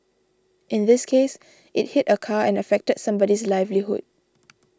in this case it hit a car and affected somebody's livelihood